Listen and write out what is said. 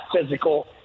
physical